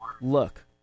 look